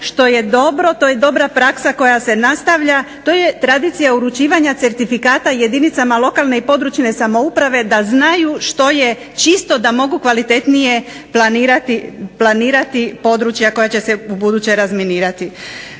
što je dobro, to je dobra praksa koja se nastavlja, to je tradicija uručivanja certifikata jedinicama lokalne i područne samouprave da znaju čisto da mogu kvalitetnije planirati područja koja će se ubuduće razminirati.